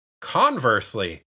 Conversely